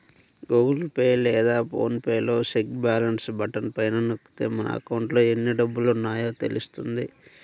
Google pay లేదా PhonePe లో check balance button పైన నొక్కితే మన అకౌంట్లో ఎన్ని డబ్బులున్నాయో తెలుస్తుంది